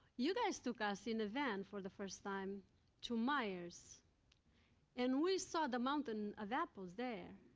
you guys took us in a van for the first time to meijer's. and we saw the mountain of apples there.